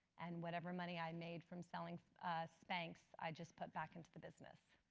and whatever money i made from selling spanx, i just put back into the business.